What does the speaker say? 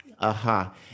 aha